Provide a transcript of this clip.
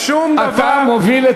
שום דבר, חבר הכנסת מרגלית.